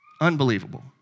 Unbelievable